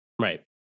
Right